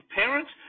parents